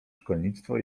szkolnictwo